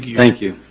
thank you,